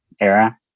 Era